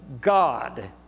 God